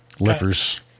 Lepers